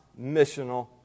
missional